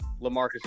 LaMarcus